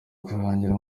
kurangira